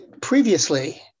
Previously